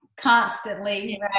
constantly